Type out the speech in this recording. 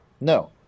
No